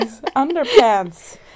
underpants